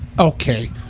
Okay